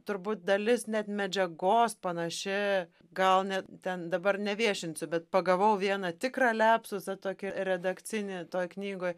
turbūt dalis net medžiagos panaši gal net ten dabar neviešinsiu bet pagavau vieną tikrą liapsusą tokį redakcinį toj knygoj